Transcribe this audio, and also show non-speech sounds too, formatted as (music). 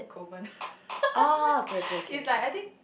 Kovan (laughs) it's like I think